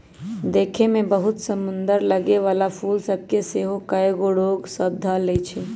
देखय में बहुते समसुन्दर लगे वला फूल सभ के सेहो कएगो रोग सभ ध लेए छइ